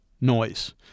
Noise